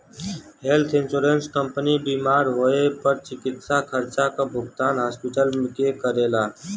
health insurance company बीमार होए पर चिकित्सा खर्चा क भुगतान हॉस्पिटल के करला